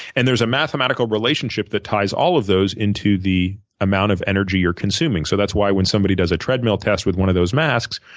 and there's a mathematical relationship that ties all of those into the amount of energy you're consuming. so that's why when somebody does a treadmill test with one of those masks,